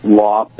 law